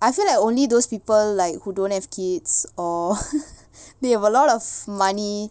I feel like only those people like who don't have kids or they have a lot of money